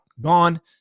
gone